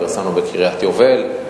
פרסמנו בקריית-יובל.